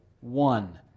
one